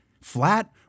flat